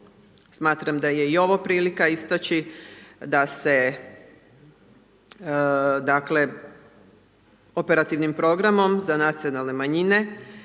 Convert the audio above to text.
smatram da je i ovo prilika istaći da se, dakle, operativnim programom za nacionalne manjine